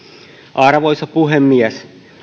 arvoisa puhemies